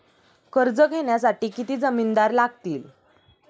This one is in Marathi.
कर्ज घेण्यासाठी किती जामिनदार लागतील?